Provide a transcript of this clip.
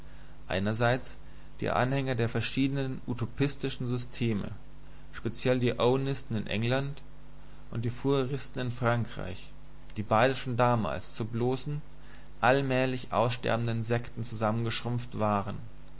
einerseits die anhänger der verschiedenen utopistischen systeme speziell die owenisten in england und die fourieristen in frankreich die beide schon damals zu bloßen allmählich aussterbenden sekten zusammengeschrumpft waren